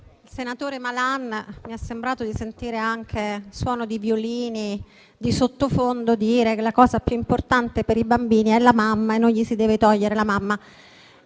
senatore Malan, e mi è sembrato di sentire anche un suono di violini di sottofondo, ha detto che la cosa più importante per i bambini è la mamma, che non gli si deve togliere.